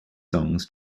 songs